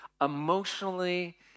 emotionally